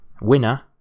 winner